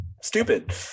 stupid